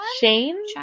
Shane